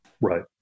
right